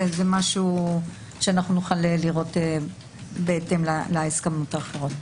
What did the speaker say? נוכל לראות בהתאם להסכמות האחרות.